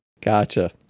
Gotcha